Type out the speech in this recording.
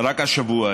רק השבוע,